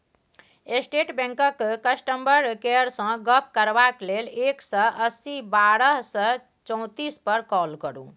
state बैंकक customer केयरसँ गप्प करबाक लेल एक सय अस्सी बारह सय चौतीस पर काँल करु